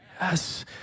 Yes